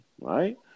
right